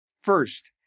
First